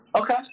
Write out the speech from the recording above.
Okay